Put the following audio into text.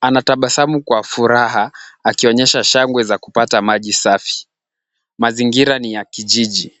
Anatabasamu kwa furaha, akionyesha shangwe za kupata maji safi. Mazingira ni ya kijiji.